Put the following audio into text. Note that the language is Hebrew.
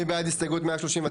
מי בעד הסתייגות 141?